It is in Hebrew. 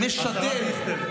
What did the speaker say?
השרה דיסטל.